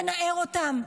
תנער אותם.